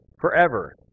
forever